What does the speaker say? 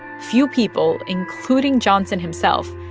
few people, including johnson himself,